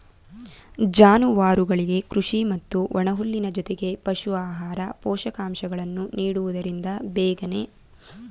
ಜಾನುವಾರುಗಳಿಗೆ ಕೃಷಿ ಮತ್ತು ಒಣಹುಲ್ಲಿನ ಜೊತೆಗೆ ಪಶು ಆಹಾರ, ಪೋಷಕಾಂಶಗಳನ್ನು ನೀಡುವುದರಿಂದ ಬೇಗನೆ ಬೆಳೆಯುತ್ತದೆ